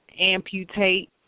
amputate